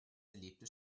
erlebte